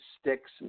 sticks